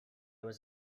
was